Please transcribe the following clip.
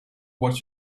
what